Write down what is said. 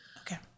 Okay